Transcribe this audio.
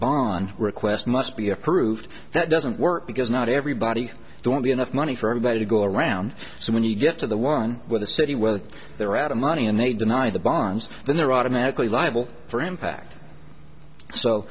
bond request must be approved that doesn't work because not everybody there won't be enough money for everybody to go around so when you get to the one where the city where they're out of money and they deny the bonds then they're automatically liable for impact so